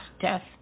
death